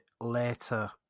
later